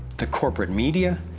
the corporate media,